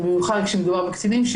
במיוחד כשמדובר בקטינים,